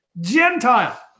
Gentile